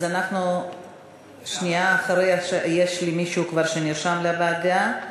יש מישהו שכבר נרשם לוועדה.